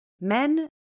men